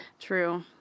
True